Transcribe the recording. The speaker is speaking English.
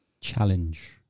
challenge